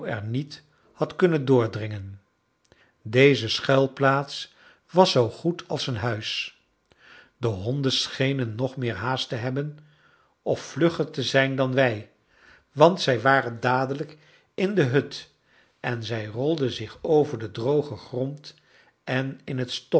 er niet had kunnen doordringen deze schuilplaats was zoo goed als een huis de honden schenen nog meer haast te hebben of vlugger te zijn dan wij want zij waren dadelijk in de hut en zij rolden zich over den drogen grond en in het